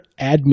admin